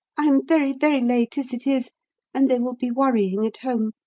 i am very, very late as it is and they will be worrying at home.